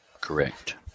correct